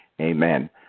amen